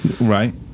Right